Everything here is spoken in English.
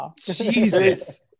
jesus